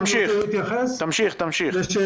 אני רוצה להתייחס לשאלות.